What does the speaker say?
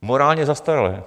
Morálně zastaralé.